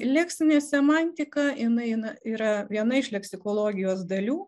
leksinė semantika jinai yra viena iš leksikologijos dalių